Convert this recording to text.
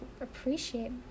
appreciate